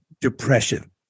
depression